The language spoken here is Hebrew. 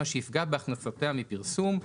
מה שיפגע את הכנסותיה מפרסום".